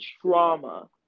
trauma